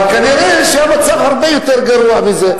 אבל כנראה שהמצב הרבה יותר גרוע מזה.